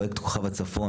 פרויקט כוכב הצפון,